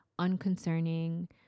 unconcerning